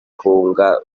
kwunga